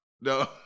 No